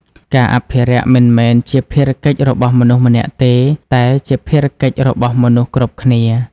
ការអភិរក្សមិនមែនជាភារកិច្ចរបស់មនុស្សម្នាក់ទេ តែជាភារកិច្ចរបស់មនុស្សគ្រប់គ្នា។